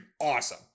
awesome